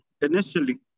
initially